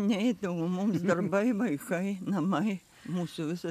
neidavom mums darbai vaikai namai mūsų visa